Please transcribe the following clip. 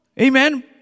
Amen